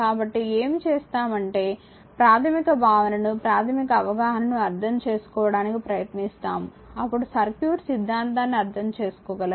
కాబట్టి ఏమి చేస్తామంటే ప్రాథమిక భావనను ప్రాథమిక అవగాహనను అర్థం చేసుకోవడానికి ప్రయత్నిస్తాము అప్పుడు సర్క్యూట్ సిద్ధాంతాన్నిఅర్థంచేసుకోగలరు